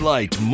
Light